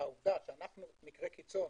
שהעובדה שאנחנו מקרה קיצון,